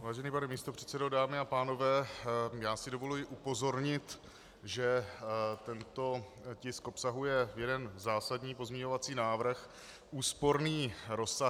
Vážený pane místopředsedo, dámy a pánové, já si dovoluji upozornit, že tento tisk obsahuje jeden zásadní pozměňovací návrh úsporný rozsahem.